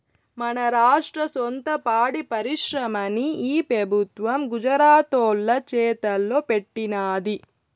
మన రాష్ట్ర సొంత పాడి పరిశ్రమని ఈ పెబుత్వం గుజరాతోల్ల చేతల్లో పెట్టినాది